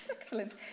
Excellent